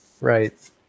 right